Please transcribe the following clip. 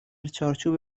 چارچوب